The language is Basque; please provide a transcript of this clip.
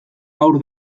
haur